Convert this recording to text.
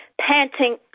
panting